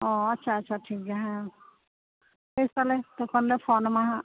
ᱦᱮᱸ ᱟᱪᱪᱷᱟ ᱟᱪᱪᱷᱟ ᱴᱷᱤᱠ ᱜᱮᱭᱟ ᱵᱮᱥ ᱛᱟᱦᱚᱞᱮ ᱛᱚᱠᱷᱚᱱ ᱞᱮ ᱯᱷᱳᱱ ᱟᱢᱟ ᱱᱟᱦᱟᱜ